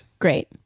Great